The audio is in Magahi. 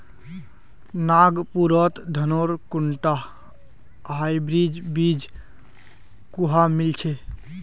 नागपुरत धानेर कुनटा हाइब्रिड बीज कुहा मिल छ